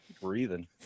breathing